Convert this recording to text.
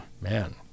Man